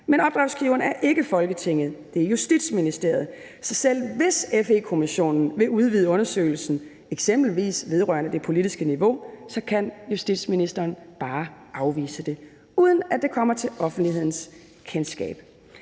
Men opdragsgiveren er ikke Folketinget, det er Justitsministeriet, så selv hvis FE-kommissionen vil udvide undersøgelsen, eksempelvis vedrørende det politiske niveau, så kan justitsministeren bare afvise det, uden at det kommer til offentlighedens kendskab.